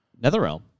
NetherRealm